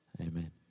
Amen